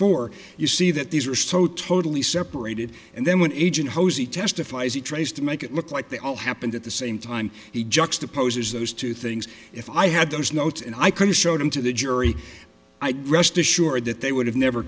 four you see that these are so totally separated and then when agent hosey testifies he tries to make it look like they all happened at the same time he juxtaposes those two things if i had those notes and i could show them to the jury i'd rest assured that they would have never